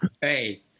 Hey